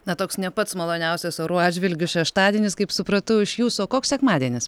na toks ne pats maloniausias orų atžvilgiu šeštadienis kaip supratau iš jūsų o koks sekmadienis